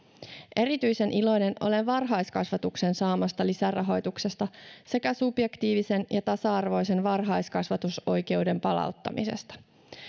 erityisen iloinen olen varhaiskasvatuksen saamasta lisärahoituksesta sekä subjektiivisen ja tasa arvoisen varhaiskasvatusoikeuden palauttamisesta